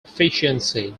efficiency